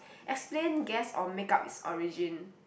explain guess or make-up it's origin